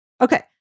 Okay